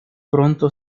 pronto